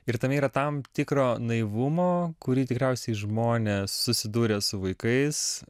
ir tame yra tam tikro naivumo kurį tikriausiai žmonės susidūrę su vaikais